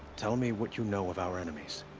tell me what you know of our enemies.